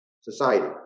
society